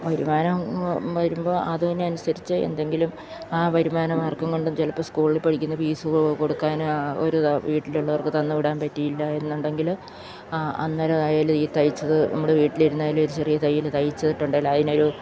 വരുമാനം വരുമ്പോൾ അതിനനുസരിച്ച് എന്തെങ്കിലും ആ വരുമാനമാർഗ്ഗം കൊണ്ടും ചിലപ്പോൾ സ്കൂളിൽ പഠിക്കുന്ന ഫീസ്സ് കൊടുക്കാൻ ഒരിതാവും വീട്ടിലുള്ളവർക്ക് തന്നു വിടാൻ പറ്റിയില്ല എന്നുണ്ടെങ്കിൽ അന്നേരം ആയാൽ ഈ തയ്ച്ചത് നമ്മുടെ വീട്ടിലിരുന്നായാലും ഒരു ചെറിയ തയ്യൽ തയ്ച്ചിട്ടുണ്ടെങ്കിൽ അതിനൊരു